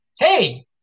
Hey